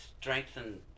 strengthen